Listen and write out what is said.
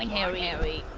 and harry! harry,